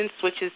switches